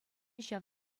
ҫав